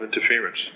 interference